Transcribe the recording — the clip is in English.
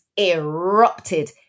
erupted